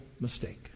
mistake